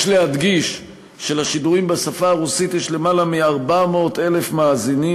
יש להדגיש שלשידורים בשפה הרוסית יש למעלה מ-400,000 מאזינים,